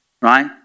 right